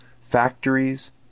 factories